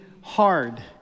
hard